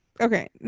okay